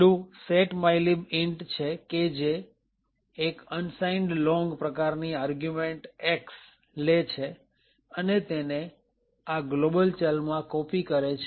પહેલું set mylib int છે જે એક unsigned long પ્રકારની આર્ગ્યુંમેન્ટ X લે છે અને તેને આ ગ્લોબલ ચલમાં કોપી કરે છે